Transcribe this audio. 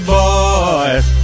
boys